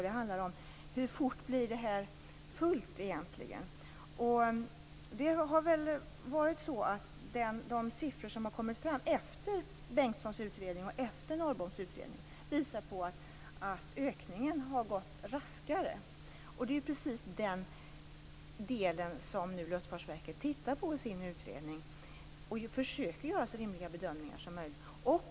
Den handlar om hur fort det egentligen blir fullt. De siffror som har kommit fram efter Bengtssons utredning och efter Norrboms utredning visar att ökningen har gått raskare. Det är precis den delen som Luftfartsverket tittar närmare på i sin utredning och försöker att göra så rimliga bedömningar av som möjligt.